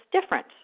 different